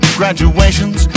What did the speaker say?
graduations